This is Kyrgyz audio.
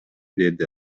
деди